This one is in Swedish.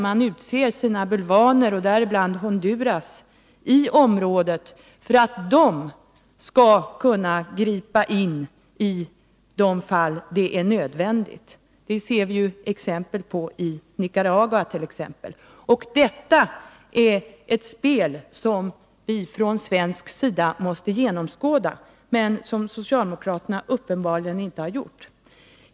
Man utser sina bulvaner i området, däribland Honduras, för att de skall kunna gripa in i de fall där det är nödvändigt. Vi ser ju exempel på detta i Nicaragua. Detta är ett spel som vi från svensk sida måste genomskåda men som socialdemokraterna uppenbarligen inte har gjort.